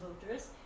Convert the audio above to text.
voters